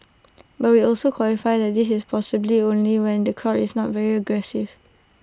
but we also qualify that this is possibly only when the crowd is not very aggressive